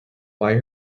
why